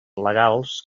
legals